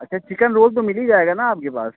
अच्छा chicken roll तो मिल ही जाएगा ना आपके पास